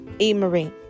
E-Marie